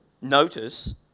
notice